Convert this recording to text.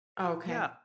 Okay